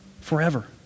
forever